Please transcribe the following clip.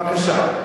בבקשה.